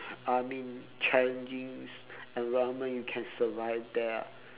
I mean challenging environment you can survive there ah